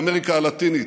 באמריקה הלטינית,